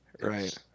Right